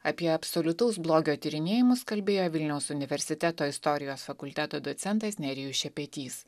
apie absoliutaus blogio tyrinėjimus kalbėjo vilniaus universiteto istorijos fakulteto docentas nerijus šepetys